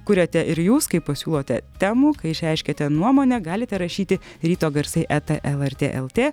kuriate ir jūs kai pasiūlote temų kai išreiškiate nuomonę galite rašyti ryto garsai eta lrt lt